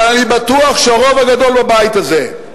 אבל אני בטוח שהרוב הגדול בבית הזה,